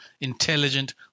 intelligent